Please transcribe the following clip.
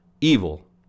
evil